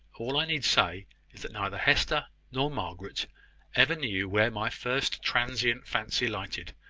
all i need say is that neither hester nor margaret ever knew where my first transient fancy lighted,